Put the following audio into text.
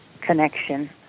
connection